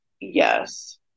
Yes